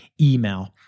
email